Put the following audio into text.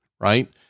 right